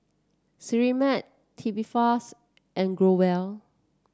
Sterimar Tubifast and Growell